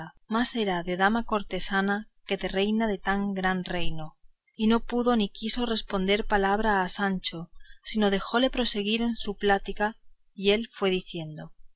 era de dama cortesana que de reina de tan gran reino y no pudo ni quiso responder palabra a sancho sino dejóle proseguir en su plática y él fue diciendo